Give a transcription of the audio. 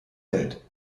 welt